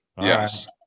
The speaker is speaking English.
Yes